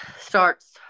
starts